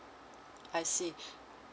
I see